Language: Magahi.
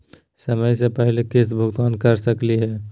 समय स पहले किस्त भुगतान कर सकली हे?